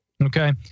Okay